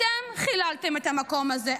אתם חיללתם את המקום הזה.